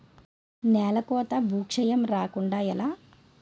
నేలకోత భూక్షయం రాకుండ ఎలా?